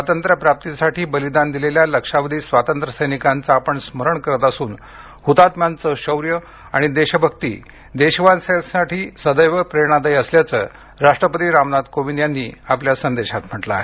स्वातंत्र्यप्राप्तीसाठी बलिदान दिलेल्या लक्षावधी स्वातंत्र्य सैनिकांचे आपण स्मरण करत असून हुतात्म्यांचं शौर्य आणि देशभक्ती देशवासीयांसाठी सदैव प्रेरणादायी असल्याचं राष्ट्रपती रामनाथ कोविंद यांनी यानिमित्त ट्विटरद्वारे दिलेल्या संदेशात म्हटलं आहे